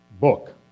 book